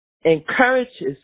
encourages